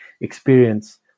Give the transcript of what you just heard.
experience